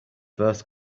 first